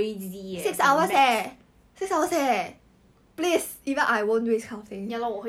trust your girlfriend lah serious